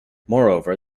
moreover